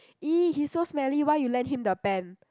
!ee! he's so smelly why you lend him the pen